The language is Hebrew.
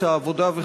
36